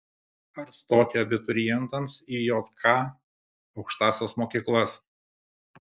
ar stoti abiturientams į jk aukštąsias mokyklas